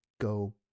go